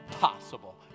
possible